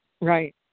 Right